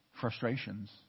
frustrations